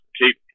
keep